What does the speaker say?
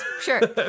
Sure